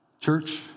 Church